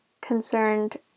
concerned